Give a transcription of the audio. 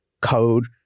code